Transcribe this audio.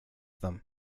them